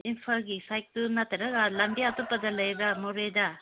ꯏꯝꯐꯥꯜꯒꯤ ꯁꯥꯏꯠꯇꯨ ꯅꯠꯇ꯭ꯔꯒ ꯂꯝꯕꯤ ꯑꯇꯣꯞꯄꯗ ꯂꯩꯔꯥ ꯃꯣꯔꯦꯗ